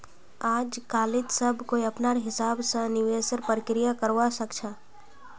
आजकालित सब कोई अपनार हिसाब स निवेशेर प्रक्रिया करवा सख छ